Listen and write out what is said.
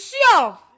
sure